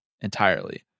entirely